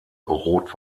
rot